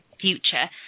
future